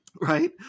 Right